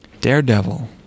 Daredevil